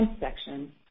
section